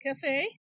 Cafe